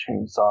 chainsaw